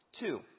Two